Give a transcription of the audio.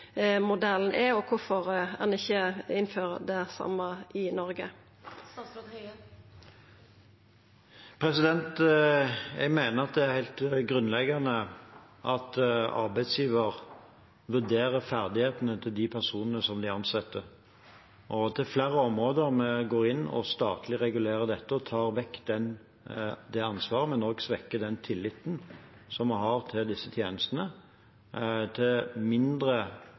modellen er, og kvifor ein ikkje innfører det same i Noreg. Jeg mener det er helt grunnleggende at arbeidsgiver vurderer ferdighetene til de personene som de ansetter. Jo flere områder vi går inn og statlig regulerer dette og tar vekk det ansvaret, men også svekker den tilliten som vi har til disse tjenestene, desto mindre